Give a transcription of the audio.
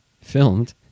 filmed